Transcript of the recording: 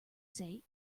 say